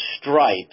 stripes